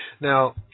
Now